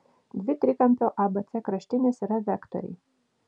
dvi trikampio abc kraštinės yra vektoriai